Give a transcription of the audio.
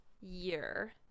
year